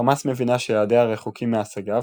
חמאס מבינה שיעדיה רחוקים מהשגה,